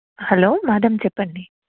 hello madam చెప్పండి